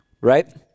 right